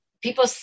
People